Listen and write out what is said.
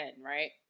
right